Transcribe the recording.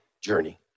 journey